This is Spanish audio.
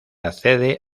accede